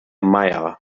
meier